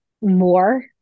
more